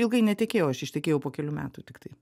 ilgai netekėjau aš ištekėjau po kelių metų tiktai